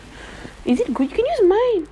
is it good can use mine